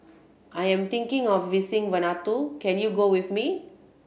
I am thinking of visiting Vanuatu can you go with me